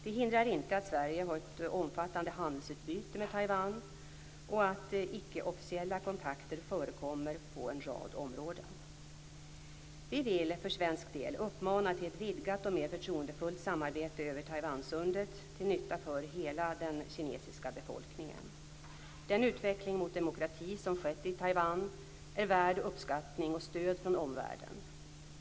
Det hindrar inte att Sverige har ett omfattande handelsutbyte med Taiwan och att icke-officiella kontakter förekommer på en rad områden. Vi vill för svensk del uppmana till ett vidgat och mer förtroendefullt samarbete över Taiwansundet, till nytta för hela den kinesiska befolkningen. Den utveckling mot demokrati som skett i Taiwan är värd uppskattning och stöd från omvärlden.